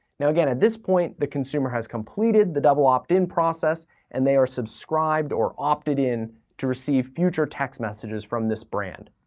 now, again, at this point, the consumer has completed the double opt-in process and they are subscribed or opted in to receive future text messages from this brand.